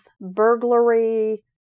burglary